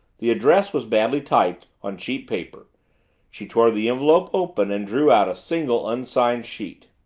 the address was badly typed, on cheap paper she tore the envelope open and drew out a single unsigned sheet.